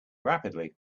rapidly